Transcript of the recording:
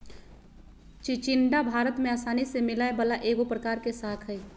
चिचिण्डा भारत में आसानी से मिलय वला एगो प्रकार के शाक हइ